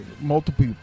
multiple